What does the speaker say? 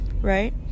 right